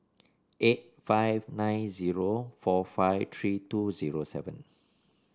eight five nine zero four five three two zero seven